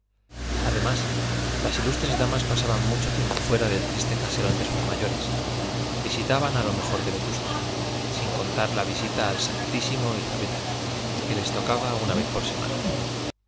además las ilustres damas pasaban mucho tiempo fuera del triste caserón de sus mayores visitaban a lo mejor de vetusta sin contar la visita al santísimo y la vela que les tocaba una vez por semana